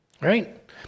Right